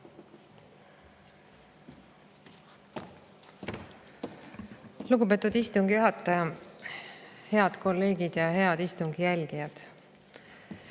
Lugupeetud istungi juhataja! Head kolleegid ja head istungi jälgijad!